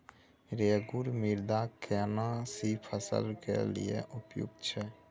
रेगुर मृदा केना सी फसल के लिये उपयुक्त छै?